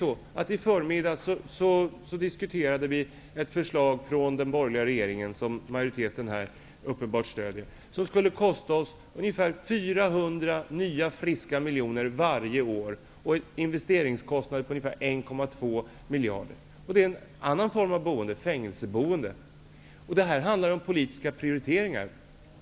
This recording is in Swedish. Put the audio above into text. I förmiddags diskuterade vi ett förslag från den borgerliga regeringen som majoriteten här uppenbarligen stöder och som skulle kosta oss ungefär 400 nya, friska miljoner varje år och dra investeringskostnader på 1,2 miljarder. Det gällde en annan form av boende, nämligen fängelseboende. Det handlar här om politiska prioriteringar.